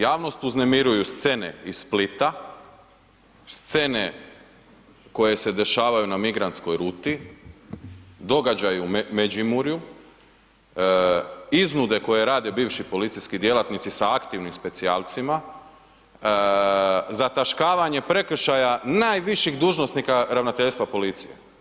Javnost uznemiruju scene iz Splita, scene koje se dešavaju na migrantskoj ruti, događaj u Međimurju, iznude koje rade bivši policijski djelatnici sa aktivni specijalcima, zataškavanje prekršaja najviših dužnosnika ravnateljstva policije.